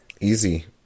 Easy